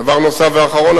דבר נוסף ואחרון,